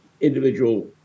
individual